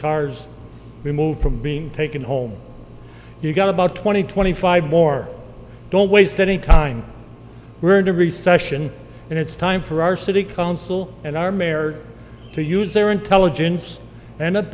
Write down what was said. cars removed from being taken home you've got about twenty twenty five more don't waste any time we're in a recession and it's time for our city council and our mayor to use their intelligence and